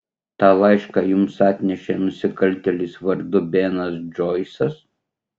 tą laišką jums atnešė nusikaltėlis vardu benas džoisas